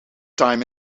time